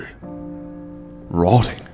Rotting